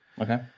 Okay